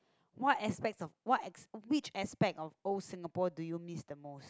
what aspects of what ex~ which aspect of old Singapore do you miss the most